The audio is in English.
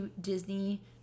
Disney